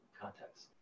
context